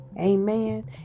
Amen